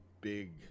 big